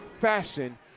fashion